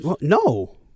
No